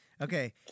Okay